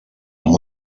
amb